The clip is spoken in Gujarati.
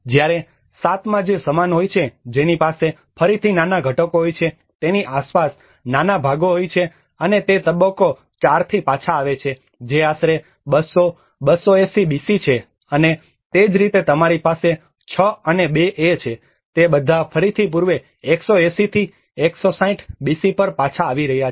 જ્યારે 7 માં જે સમાન હોય છે જેની પાસે ફરીથી નાના ઘટકો હોય છે તેની આસપાસ નાના ભાગો હોય છે અને તે તબક્કો 4 થી પાછા આવે છે જે આશરે 200 280 BC છે અને તે જ રીતે તમારી પાસે 6 અને 2a છે તે બધા ફરીથી પૂર્વે 180 થી 160 BC પર પાછા આવી રહ્યા છે